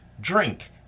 drink